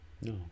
No